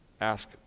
ask